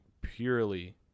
purely